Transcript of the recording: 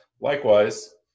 Likewise